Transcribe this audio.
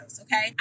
okay